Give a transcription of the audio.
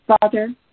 Father